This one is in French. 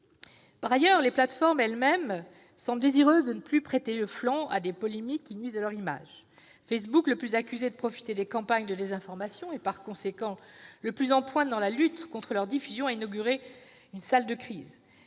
Par ailleurs, les plateformes elles-mêmes sont désireuses de ne plus prêter le flanc à des polémiques qui nuisent à leur image. Facebook, société la plus fortement accusée de profiter des campagnes de désinformation et, par conséquent, la plus en pointe dans la lutte contre leur diffusion, a inauguré une salle de crise